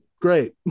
Great